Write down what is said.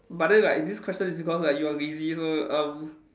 but then like this question is because like you are busy so um